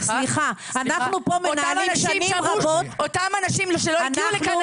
אנחנו פה מנהלים שנים רבות --- אותם אנשים שלא הגיעו לכאן